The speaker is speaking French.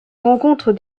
rencontre